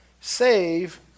save